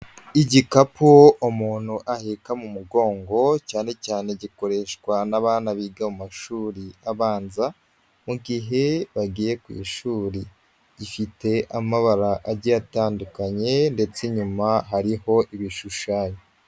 Igikapu umuntu aheka mu mugongo cyane cyane gikoreshwa n'bana biga mu mashuri abanza mu gihe bagiye ku ishuri, gifite amabara ajyi atandukanye ndetse inyuma hariho ibishushanyo.